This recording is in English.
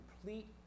complete